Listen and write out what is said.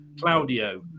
Claudio